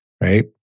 right